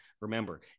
remember